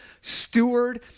steward